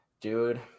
Dude